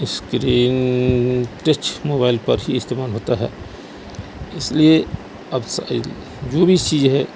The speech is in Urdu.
اسکرین ٹچ موبائل پر ہی استعمال ہوتا ہے اس لیے اب جو بھی چیز ہے